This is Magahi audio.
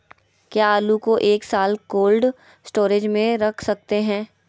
क्या आलू को एक साल कोल्ड स्टोरेज में रख सकते हैं?